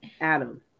Adam